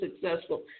successful